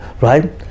right